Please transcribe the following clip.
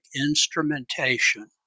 instrumentation